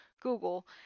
Google